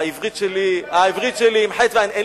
והעברית שלי עם חי"ת ועי"ן, לכן אני מתפלא עליך.